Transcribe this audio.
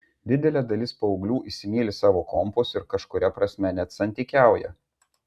didelė dalis paauglių įsimyli savo kompus ir kažkuria prasme net santykiauja